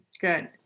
Good